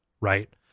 right